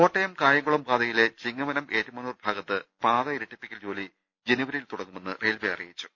കോട്ടയം കായംകുളം പാതയിലെ ചിങ്ങവനം ഏറ്റുമാനൂർ ഭാഗത്ത് പാത ഇരട്ടിപ്പിക്കൽജോലി ജനുവരിയിൽ തുടങ്ങുമെന്ന് റയിൽവേ അറിയിച്ചു